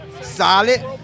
Solid